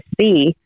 see